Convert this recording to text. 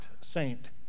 saint